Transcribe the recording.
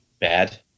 bad